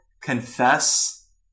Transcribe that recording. confess